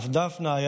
אף דפנה,